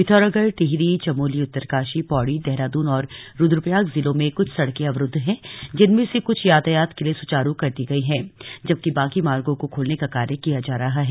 पिथौरागढ़ टिहरी चमोली उत्तरकाशी पौड़ी देहरादून और रुद्रप्रयाग जिलों में कुछ सड़कें अवरुद्व हैं जिनमें से कुछ यातायात के लिए सुचारु कर दी गई हैं जबकि बाकी मार्गों को खोलने का कार्य किया जा रहा है